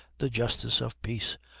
the justice of peace,